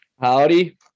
Howdy